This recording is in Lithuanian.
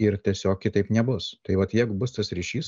ir tiesiog kitaip nebus tai vat jeigu bus tas ryšys